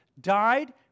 died